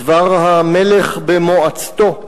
דבר המלך במועצתו,